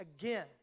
again